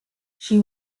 she